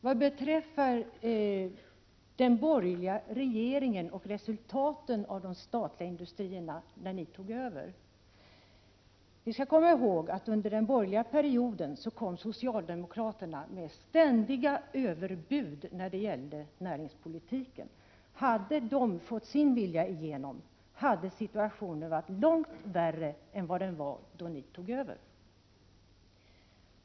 Vad beträffar den borgerliga regeringen och resultaten för de statliga industrierna när ni tog över skall man komma ihåg att socialdemokraterna under den borgerliga regeringsperioden kom med ständiga överbud när det gällde näringspolitiken. Hade ni socialdemokrater fått er vilja igenom, hade situationen varit långt värre än vad den var när ni tog över.